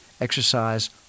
exercise